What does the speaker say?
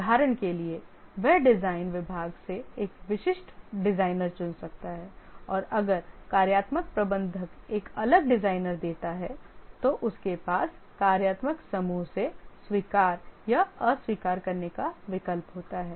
उदाहरण के लिए वह डिजाइन विभाग से एक विशिष्ट डिजाइनर चुन सकता है और अगर कार्यात्मक प्रबंधक एक अलग डिजाइनर देता है तो उसके पास कार्यात्मक समूह से स्वीकार या अस्वीकार करने का विकल्प हो सकता है